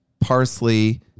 parsley